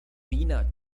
wiener